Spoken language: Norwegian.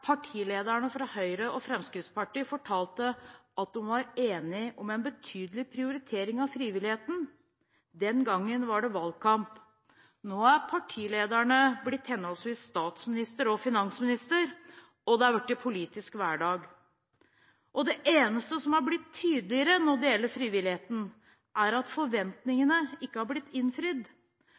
partilederne fra Høyre og Fremskrittspartiet fortalte at de var enige om en betydelig prioritering av frivilligheten. Den gangen var det valgkamp. Nå er partilederne blitt henholdsvis statsminister og finansminister, og det er blitt politisk hverdag. Det eneste som er blitt tydeligere når det gjelder frivilligheten, er at forventningene ikke er blitt innfridd.